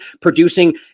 producing